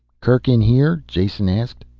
kerk in here? jason asked.